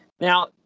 Now